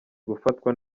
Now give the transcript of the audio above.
gufatwa